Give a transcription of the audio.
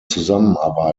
zusammenarbeit